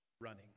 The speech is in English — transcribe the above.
running